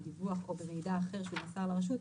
בדיווח או במידע אחר שהוא מסר לרשות,